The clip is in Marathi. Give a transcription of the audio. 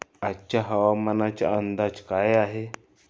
आजचा हवामानाचा अंदाज काय आहे?